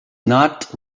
not